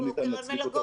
לא ניתן להצדיק אותו,